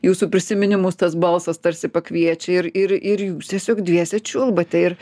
jūsų prisiminimus tas balsas tarsi pakviečia ir ir jūs tiesiog dviese čiulbate ir